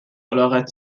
الاغت